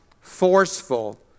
forceful